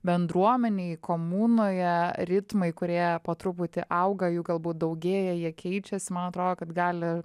bendruomenėj komunoje ritmai kurie po truputį auga jų galbūt daugėja jie keičiasi man atrodo kad gali